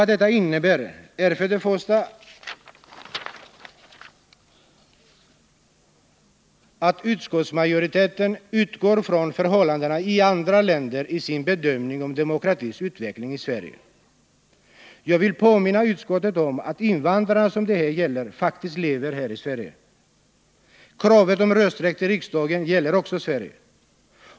Detta innebär att utskottsmajoriteten i sin bedömning om demokratins utveckling i Sverige utgår ifrån förhållandena i andra länder. Jag vill påminna utskottet om att invandrarna som det här gäller faktiskt lever här i Sverige. Kravet på rösträtt till riksdagen gäller också Sverige.